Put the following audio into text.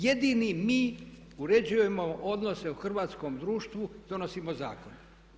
Jedini mi uređujemo odnose u hrvatskom društvu i donosimo zakone.